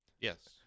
yes